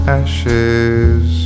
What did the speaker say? ashes